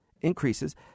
increases